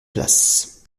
place